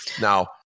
Now